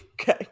Okay